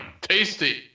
tasty